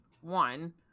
one